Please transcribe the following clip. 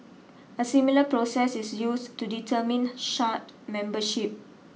a similar process is used to determine shard membership